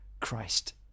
Christ